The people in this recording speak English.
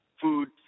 food